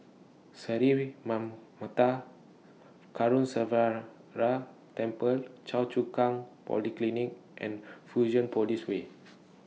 Sri Manmatha Karuneshvarar Temple Choa Chu Kang Polyclinic and Fusionopolis Way